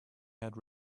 had